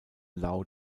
laut